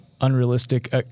unrealistic